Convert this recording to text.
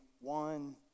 one